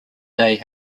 day